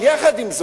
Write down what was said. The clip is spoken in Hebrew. אבל עם זאת,